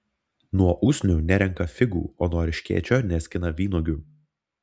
nuo usnių nerenka figų o nuo erškėčio neskina vynuogių